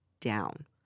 down